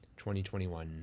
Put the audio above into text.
2021